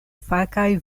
fakaj